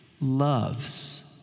loves